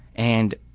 and